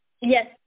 Yes